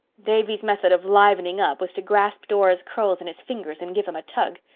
davy's method of livening up was to grasp dora's curls in his fingers and give them a tug.